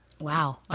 Wow